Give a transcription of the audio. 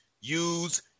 use